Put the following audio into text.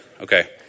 Okay